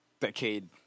Decade